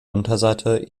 unterseite